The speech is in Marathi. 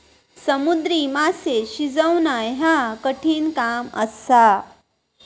समुद्री माशे शिजवणा ह्या कठिण काम असा